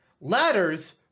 ladders